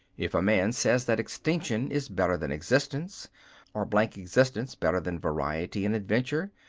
if a man says that extinction is better than existence or blank existence better than variety and adventure,